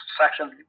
section